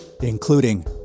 including